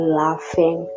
laughing